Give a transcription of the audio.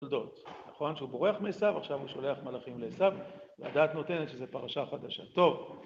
נכון שהוא בורח מעשו, עכשיו הוא שולח מלאכים לעשו, והדעת נותנת שזה פרשה חדשה. טוב.